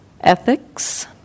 ethics